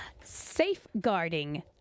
safeguarding